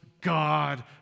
God